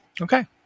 Okay